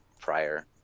prior